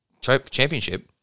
championship